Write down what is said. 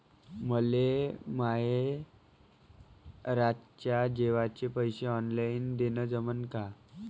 मले माये रातच्या जेवाचे पैसे ऑनलाईन देणं जमन का?